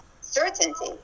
certainty